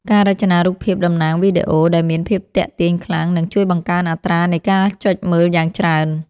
ការរចនារូបភាពតំណាងវីដេអូ ដែលមានភាពទាក់ទាញខ្លាំង នឹងជួយបង្កើនអត្រានៃការចុចមើលយ៉ាងច្រើន។